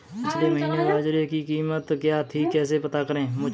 पिछले महीने बाजरे की कीमत क्या थी कैसे पता करें?